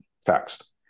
text